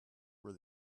were